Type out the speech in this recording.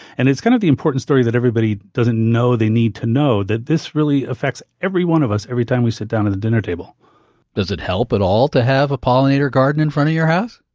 and it's kind of the important story that everybody doesn't know they need to know, that this really affects every one of us every time we sit down at the dinner table does it help at all to have a pollinator garden in front of your house?